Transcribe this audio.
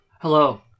Hello